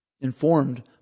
informed